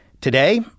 Today